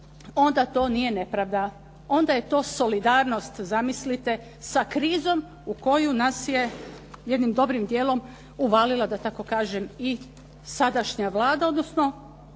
onda to nije nepravda. Onda je to solidarnost, zamislite sa krizom u koju nas je jednim dobrim dijelom uvalila da tako kažem i sadašnja Vlada, odnosno